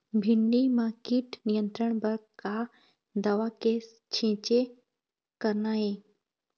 भिंडी म कीट नियंत्रण बर का दवा के छींचे करना ये?